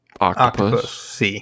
Octopus